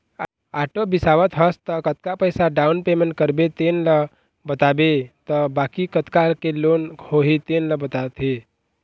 auto बिसावत हस त कतका पइसा डाउन पेमेंट करबे तेन ल बताबे त बाकी कतका के लोन होही तेन ल बताथे